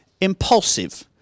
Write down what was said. impulsive